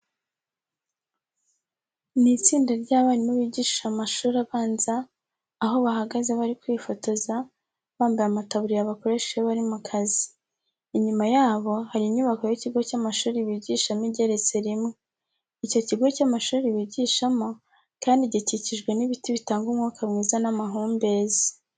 Ni itsinda ry'abarimu bigisha mu mashuri abanza, aho bahagaze bari kwifotoza, bambaye amataburiya bakoresha iyo bari mu kazi. Inyuma yabo hari inyubako y'ikigo cy'amashuri bigishamo igeretse rimwe. Icyo kigo cy'amashuri bigishamo kandi gikikijwe n'ibiti bitanga umwuka mwiza n'amahumbezi.